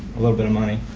a little bit of money.